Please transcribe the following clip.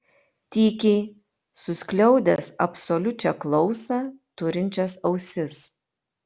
tykiai suskliaudęs absoliučią klausą turinčias ausis